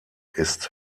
ist